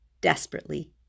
desperately